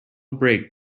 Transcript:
break